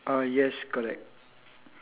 no I don't have any sign